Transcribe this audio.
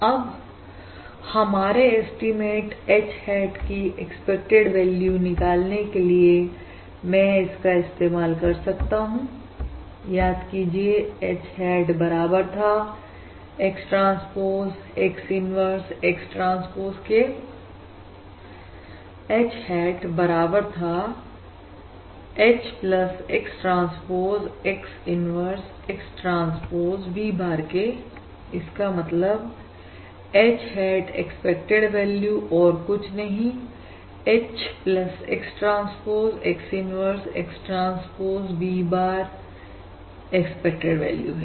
अब हमारे estimate H hat की एक्सपेक्टेड वैल्यू निकालने के लिए मैं इसका इस्तेमाल कर सकता हूं याद कीजिए H hat बराबर था X transpose X inverse X transpose के H hat बराबर था H X transpose X inverse X transpose V bar के इसका मतलब H hat एक्सपेक्टेड वैल्यू और कुछ नहीं H X transpose X inverse X transpose V bar expected value है